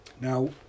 Now